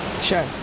Sure